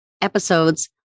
episodes